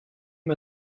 les